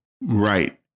Right